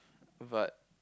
but